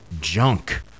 junk